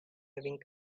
having